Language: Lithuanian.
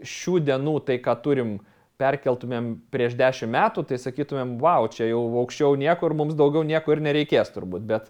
šių dienų tai ką turim perkeltumėm prieš dešim metų tai sakytumėm vau čia jau aukščiau niekur mums daugiau nieko ir nereikės turbūt bet